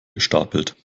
gestapelt